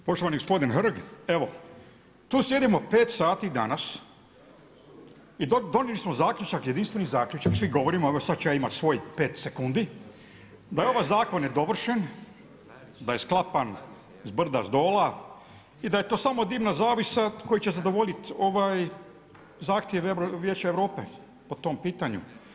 Poštovani gospodine Hrg, evo tu sjedimo 5 sati danas i donijeli smo zaključak, jedinstveni zaključak, svi govorimo, evo sada ću ja imati svojih 5 sekundi da je ovaj zakon nedovršen, da je sklapan zbrda s dola i da je to samo dimna zavjesa koja će zadovoljiti ovaj zahtjev Vijeća Europe po tom pitanju.